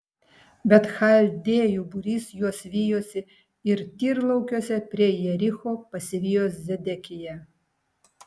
bet chaldėjų būrys juos vijosi ir tyrlaukiuose prie jericho pasivijo zedekiją